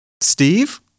Steve